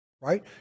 right